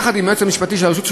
יחד עם היועץ המשפטי של הרשות,